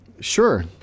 Sure